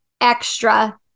extra